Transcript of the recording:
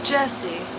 Jesse